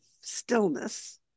stillness